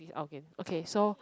okay okay so